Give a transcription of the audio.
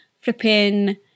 flipping